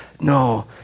no